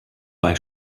bei